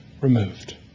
removed